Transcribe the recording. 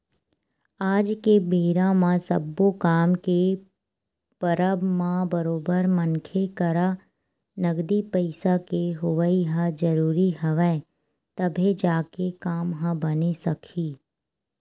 आज के बेरा म सब्बो काम के परब म बरोबर मनखे करा नगदी पइसा के होवई ह जरुरी हवय तभे जाके काम ह बने सकही